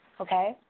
Okay